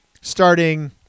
starting